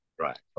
Right